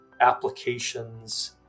applications